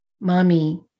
Mommy